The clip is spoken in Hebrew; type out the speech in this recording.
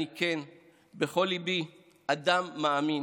אני כן אדם מאמין